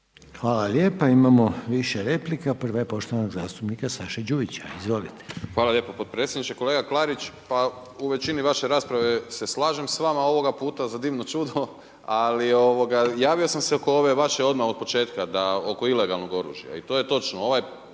Hvala lijepa. Imamo više replika. Prva je poštovanog zastupnika Saše Đujića. Izvolite. **Đujić, Saša (SDP)** Hvala lijepo potpredsjedniče. Kolega Klarić, pa u većini vaše rasprave se slažem s vama, ovoga puta za divno čudo ali javio sam se oko ove vaše odmah od početka, oko ilegalnog oružja i to je točno.